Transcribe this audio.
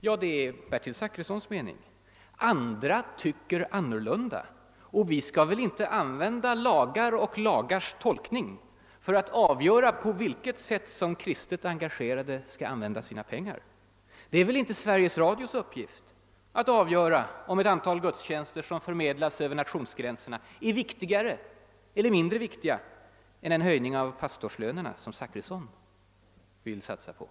Ja, det är Bertil Zachrissons mening; andra tycker annorlunda. Och vi skall väl inte använda lagar och deras tolkning för att avgöra på vilket sätt kristet engagerade människor skall använda sina pengar. Det är väl inte Sveriges Radios uppgift att avgöra om ett antal gudstjänster som förmedlas över nationsgränserna är viktigare eller mindre viktiga än en höjning av pastorslönerna, som herr Zachrisson vill satsa på.